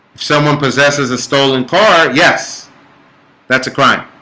someone possesses a stolen car yes that's a crime.